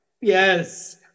Yes